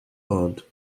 aunt